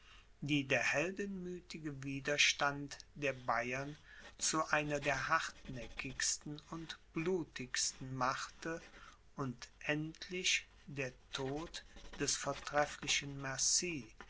die der heldenmüthige widerstand der bayern zu einer der hartnäckigsten und blutigsten machte und endlich der tod des vortrefflichen